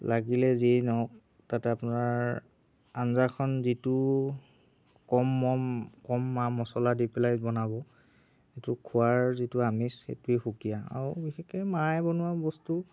লাগিলে যিয়েই নহওক তাত আপোনাৰ আঞ্জাখন যিটো কম মম কম মা মচলা দি পেলাই বনাব সেইটো খোৱাৰ যিটো আমেজ সেইটোয়ে সুকীয়া আৰু বিশেষকৈ মায়ে বনোৱা বস্তু